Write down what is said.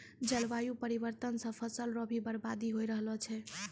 जलवायु परिवर्तन से फसल रो भी बर्बादी हो रहलो छै